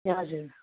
ए हजुर